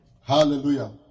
Hallelujah